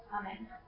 Amen